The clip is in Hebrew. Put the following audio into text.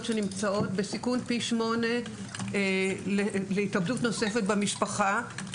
שנמצאות בסיכון פי שמונה להתאבדות נוספת במשפחה.